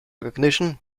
recognition